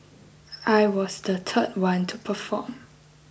I was the third one to perform